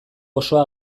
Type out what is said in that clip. osoa